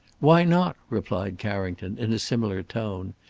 why not? replied carrington, in a similar tone.